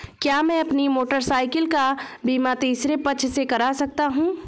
क्या मैं अपनी मोटरसाइकिल का बीमा तीसरे पक्ष से करा सकता हूँ?